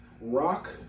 Rock